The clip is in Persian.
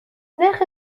نرخ